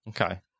Okay